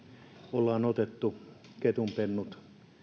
ollaan otettu ketunpennut